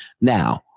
Now